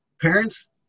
parents